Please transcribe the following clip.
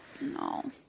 no